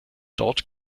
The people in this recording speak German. dort